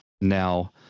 Now